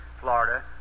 Florida